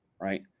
right